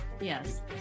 Yes